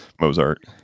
Mozart